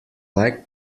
like